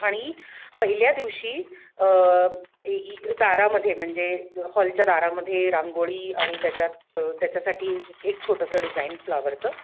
आणि पहिल्या दिवशी ई दारामध्ये म्हणजे हॉलच्या दारामध्ये रांगोळी आणि त्याच्यात त्याच्यासाठी एक छोटंसं डिझाईन फ्लावरचं